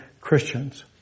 Christians